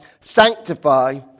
sanctify